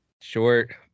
Short